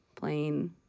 playing